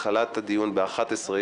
כי בהתחלת הדיון, בשעה 11:00,